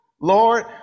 Lord